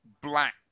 black